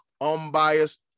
unbiased